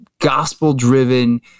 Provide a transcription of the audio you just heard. gospel-driven